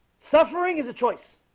suffering is a choice.